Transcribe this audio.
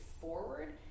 forward